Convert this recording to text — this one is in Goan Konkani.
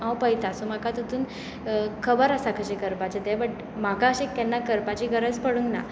हांव पळयतां सो म्हाका तातूंत खबर आसा कशें करपाचें तें बट म्हाका अशे केन्ना करपाची गरज पडूंक ना